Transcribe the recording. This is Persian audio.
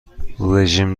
رژیم